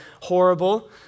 horrible